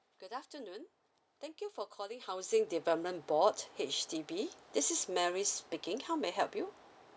good afternoon thank you for calling housing development board H_D_B this is mary speaking how may I help you